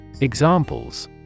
Examples